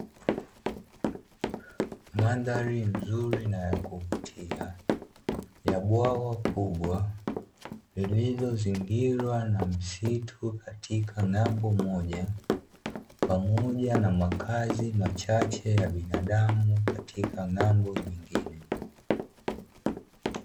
Mandhari nzuri na ya kuvutia ya bwawa kubwa lililozingirwa na msitu katika ng'ambo moja, pamoja na makazi machache ya binadamu katika ng'ambo nyingine.